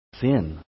sin